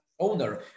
Owner